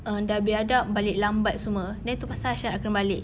err sudah biadap balik lambat semua then itu pasal aisha nak kena balik